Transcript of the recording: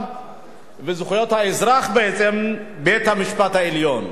וזכויות האזרח הוא בעצם בית-המשפט העליון.